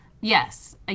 yes